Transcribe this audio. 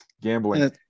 gambling